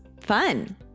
fun